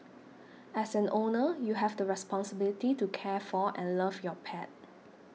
as an owner you have the responsibility to care for and love your pet